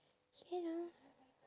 can ah